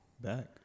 Back